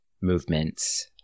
movements